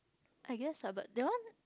I guess lah but that one